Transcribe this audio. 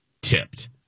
tipped